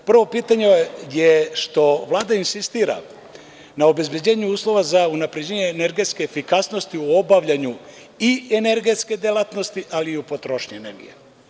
Prvo pitanje je što Vlada insistira na obezbeđenju uslova za unapređenje energetske efikasnosti u obavljanju i energetske delatnosti, ali i potrošnje energije.